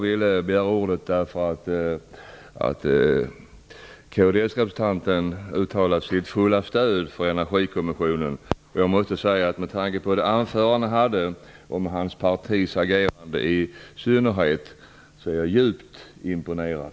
Jag begärde ordet bara därför att kdsrepresentanten uttalade sitt fulla stöd för Energikommissionen. Med tanke på det anförande han höll, i synnerhet om sitt partis agerande, är jag djupt imponerad.